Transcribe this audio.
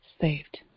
saved